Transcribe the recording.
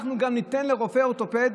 אנחנו גם ניתן לרופא אורתופד